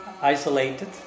isolated